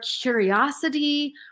curiosity